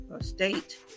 State